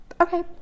okay